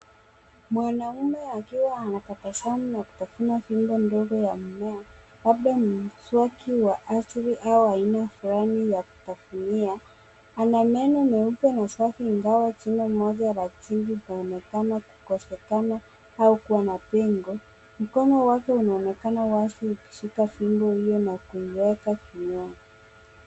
Mwanaume akiwa anatabasamu na kutafuna fimbo ndogo ya mmea labda ni mswaki wa asili au aina fulani ya kitafunia ana meno meupe masafi ingawa jino moja la chini linaonekana kukosekana au kuwa na pengo, mkono wake unaonekana wazi ukishika fimbo hiyo na kuiweka kinywani.